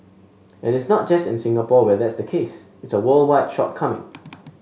and it's not just in Singapore where that's the case it's a worldwide shortcoming